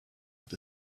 with